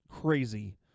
crazy